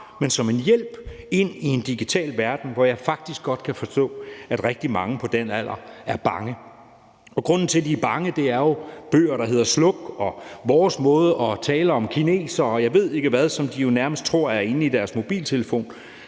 men som en hjælp ind i en digital verden, som jeg faktisk godt kan forstå at rigtig mange på den alder er bange for. Og grunden til, at de er bange, er jo bøger, der hedder »Sluk«, og vores måde at tale om kinesere, og jeg ved ikke hvad, på, som de nærmest tror er inde i deres mobiltelefoner.